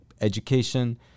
education